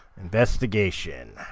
Investigation